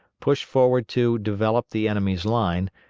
pushed forward to develop the enemy's line,